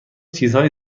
چیزهای